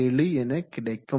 037 என கிடைக்கும்